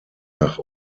nach